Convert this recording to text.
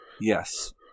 Yes